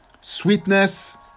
sweetness